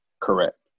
Correct